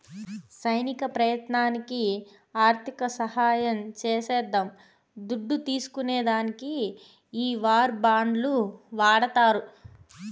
సైనిక ప్రయత్నాలకి ఆర్థిక సహాయం చేసేద్దాం దుడ్డు తీస్కునే దానికి ఈ వార్ బాండ్లు వాడతారు